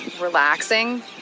relaxing